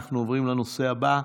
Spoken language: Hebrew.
אנחנו עוברים לנושא הבא,